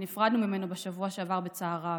שנפרדנו ממנו בשבוע שעבר בצער רב,